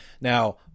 Now